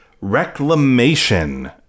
Reclamation